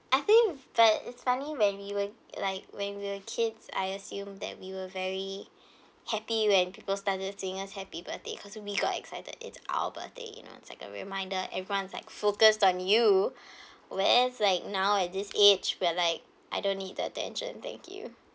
I think but it's funny when we were like when we were kids I assume that we were very happy when people start to sing us happy birthday cause we got excited it's our birthday you know it's like a reminder everyone is like focused on you whereas like now at this age where like I don't need the attention thank you